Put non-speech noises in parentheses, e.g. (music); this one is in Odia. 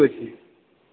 (unintelligible)